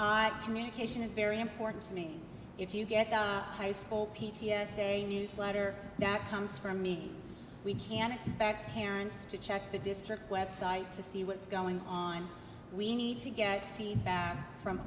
that communication is very important to me if you get the high school p c s a newsletter that comes from me we can expect parents to check the district website to see what's going on we need to get feedback from